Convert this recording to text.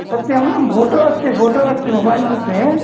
सत्यं फ़ोटो अस्ति फ़ोटो अस्ति मोबैल् मध्ये